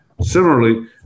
Similarly